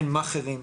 אין מאכערים,